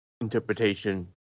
interpretation